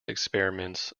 experiments